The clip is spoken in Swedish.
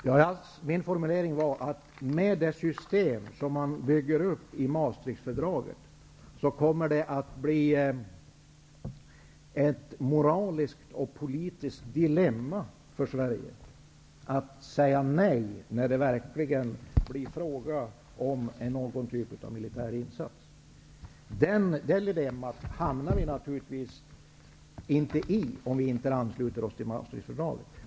Herr talman! Min formulering var att det, med det system som man bygger upp i Maastrichtfördraget, kommer att bli ett moraliskt och politiskt dilemma för Sverige att säga nej när det verkligen blir fråga om någon typ av militär insats. Det dilemmat hamnar vi naturligtvis inte i om vi inte ansluter oss till Maastrichtfördraget.